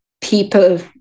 people